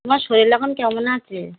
তোমার শরীর এখন কেমন আছে